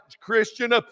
Christian